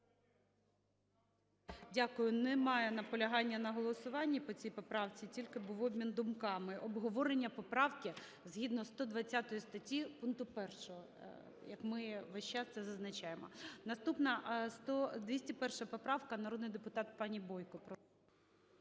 Дякую. Немає наполягання на голосуванні по цій поправці, тільки був обмін думками. Обговорення поправки згідно 120 статті пункту 1, як ми весь час це зазначаємо. Наступна – 201 поправка, народний депутат пані Бойко.